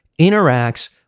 interacts